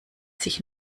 sich